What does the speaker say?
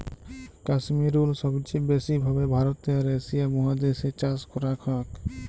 Kashmir wool সবচে ব্যাসি ভাবে ভারতে আর এশিয়া মহাদেশ এ চাষ করাক হয়ক